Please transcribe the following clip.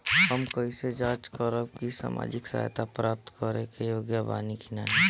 हम कइसे जांच करब कि सामाजिक सहायता प्राप्त करे के योग्य बानी की नाहीं?